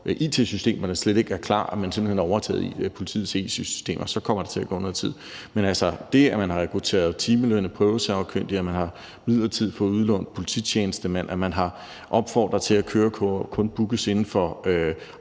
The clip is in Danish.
it-systemerne slet ikke er klar og man simpelt hen overtager politiets it-systemer, så kommer der til at gå noget tid. Men altså, det, at man har rekrutteret timelønnede prøvesagkyndige og midlertidigt fået udlånt polititjenestemænd, og at man har opfordret til, at kørekort kun bookes inden for